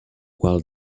while